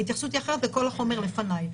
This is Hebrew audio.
ההתייחסות היא אחרת וכל החומר לפניי.